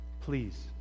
Please